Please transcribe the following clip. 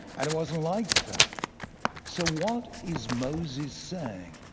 and it wasn't like that so what is moses saying,